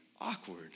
awkward